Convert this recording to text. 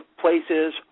places